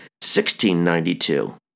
1692